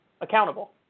accountable